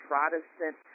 Protestant